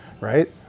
right